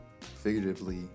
figuratively